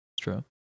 true